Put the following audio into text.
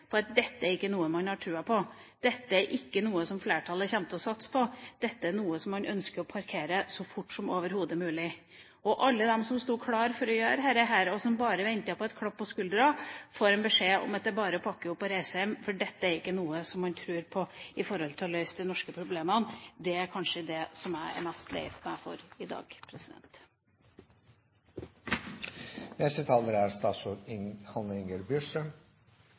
å lage dette i Norge: Dette er ikke noe man har troa på. Dette er ikke noe flertallet kommer til å satse på. Dette er noe man ønsker å parkere så fort som overhodet mulig. Alle de som sto klare til å gjøre dette, og som bare ventet på et klapp på skulderen, får beskjed om at det bare er å pakke sammen og reise hjem, for dette er ikke noe man tror på for å løse problemene her. Det er kanskje det jeg er mest lei meg for i dag. Representantene tar opp et dagsaktuelt og svært viktig tema. Det er